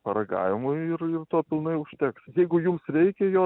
paragavimui ir ir to pilnai užteks jeigu jums reikia jo